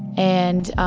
and